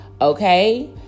okay